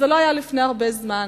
זה לא היה לפני הרבה זמן,